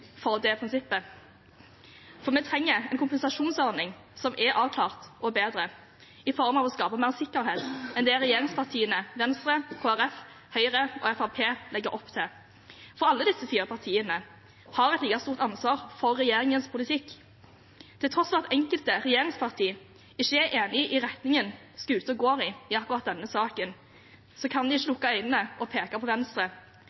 for det prinsippet. For vi trenger en kompensasjonsordning som er avklart og bedre i form av å skape mer sikkerhet enn det regjeringspartiene – Venstre, Kristelig Folkeparti, Høyre og Fremskrittspartiet – legger opp til. Alle disse fire partiene har et like stort ansvar for regjeringens politikk. Til tross for at enkelte regjeringspartier ikke er enige i retningen skuta går i i akkurat denne saken, kan de ikke lukke øynene og peke på Venstre,